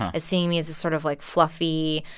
as seeing me as a sort of, like, fluffy,